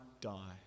die